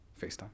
FaceTime